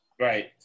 Right